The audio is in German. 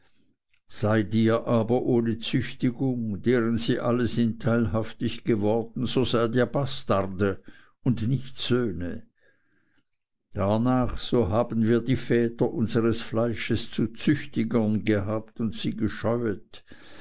seid ihr aber ohne züchtigung deren sie alle sind teilhaftig worden so seid ihr bastarde und nicht söhne darnach so haben wir die väter unseres fleisches zu züchtigeren gehabt und sie gescheuet